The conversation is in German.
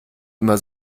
immer